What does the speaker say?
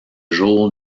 jour